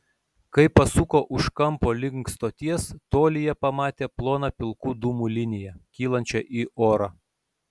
kai pasuko už kampo link stoties tolyje pamatė ploną pilkų dūmų liniją kylančią į orą